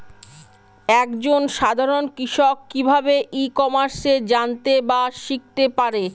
এক জন সাধারন কৃষক কি ভাবে ই কমার্সে জানতে বা শিক্ষতে পারে?